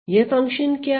यह फंक्शन क्या है